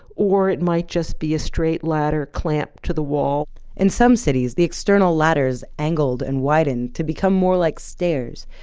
or it might just be a straight ladder clamped to the wall in some cities, the external ladders angled and widened to become more like stairs.